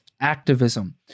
activism